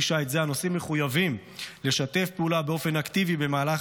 שיט זה הנוסעים מחויבים לשתף פעולה באופן אקטיבי במהלך